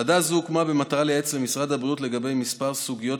ועדה זו הוקמה במטרה לייעץ למשרד הבריאות לגבי כמה סוגיות